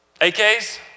AKs